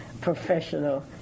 professional